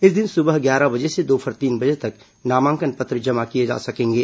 इस दिन सुबह ग्यारह बजे से दोपहर तीन बजे तक नामांकन पत्र जमा किए जा सकेंगे